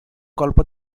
colpo